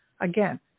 Again